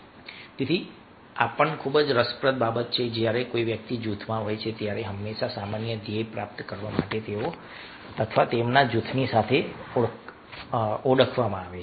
તેથી આ પણ ખૂબ જ રસપ્રદ છે કે જ્યારે કોઈ વ્યક્તિ જૂથમાં હોય છે ત્યારે હંમેશા સામાન્ય ધ્યેય પ્રાપ્ત કરવા માટે તે અથવા તેણીને જૂથ સાથે ઓળખવામાં આવે છે